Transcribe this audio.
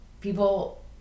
people